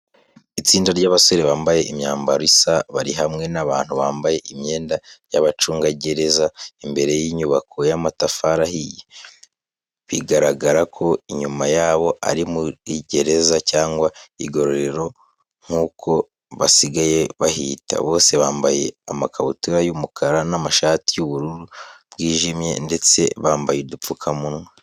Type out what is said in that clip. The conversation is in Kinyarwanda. Itsinda ry'abasore bambaye imyambaro isa, bari hamwe n’abantu bambaye imyenda y'abacungagereza. Imbere y’inyubako y’amatafari ahiye. Bigaragarako inyuma yabo ari muri gereza cyangwa igororero nkuko basigaye bahita. Bose bambaye amakabutura y’umukara n’amashati y’ubururu bw’ijimye, ndetse bambaye udupfukamunwa.